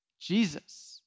Jesus